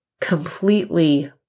completely